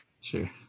Sure